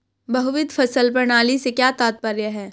बहुविध फसल प्रणाली से क्या तात्पर्य है?